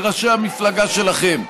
לראשי המפלגה שלכם.